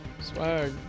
Swag